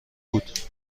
بود